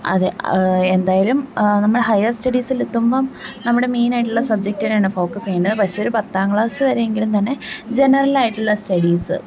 അതെ എന്തായാലും നമ്മൾ ഹയർ സ്റ്റഡീസിലെത്തുമ്പം നമ്മുടെ മെയിനായിട്ടുള്ള സബ്ജക്ട് തന്നെയാണ് ഫോക്കസ് ചെയ്യേണ്ടത് പക്ഷേ ഒര് പത്താം ക്ലാസ് വരെ എങ്കിലും തന്നെ ജെനറലായിട്ടുള്ള സ്റ്റഡീസ്സ്